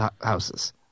houses